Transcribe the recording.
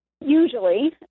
Usually